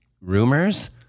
rumors